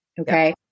Okay